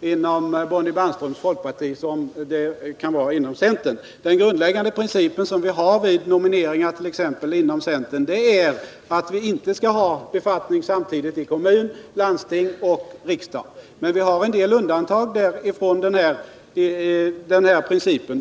inom Bonnie Bernströms folkparti som det kan vara inom centern. Den grundläggande princip som vi har vid t.ex. nomineringar inom centern är att vi inte skall ha ledamotskap samtidigt i kommun, landsting och riksdag. Men vi har en del undantag från den här principen.